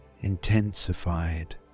intensified